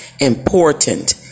important